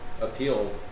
appeal